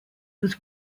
was